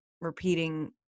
repeating